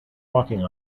walking